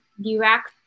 direct